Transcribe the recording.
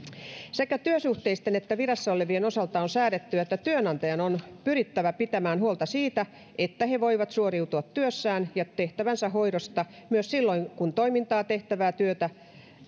sekä työsuhteisten että virassa olevien osalta on säädetty että työnantajan on pyrittävä pitämään huolta siitä että he voivat suoriutua työstään ja tehtävänsä hoidosta myös silloin kun toimintaa tehtävää työtä